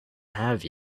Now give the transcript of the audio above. have